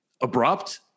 abrupt